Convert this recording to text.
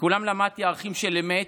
מכולם למדתי ערכים של אמת,